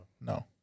no